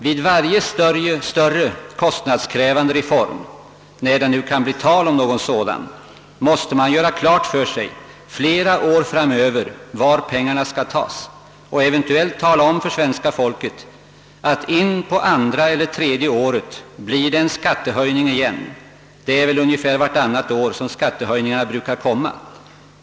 Vid varje större kostnadskrävande reform — när det nu kan bli tal om någon sådan — måste man göra klart för sig flera år framöver var pengarna skall tas och eventuellt tala om för svenska folket att in på andra eller tredje året blir det en skattehöjning igen — det är väl ungefär vartannat år som skattehöjningarna brukar komma.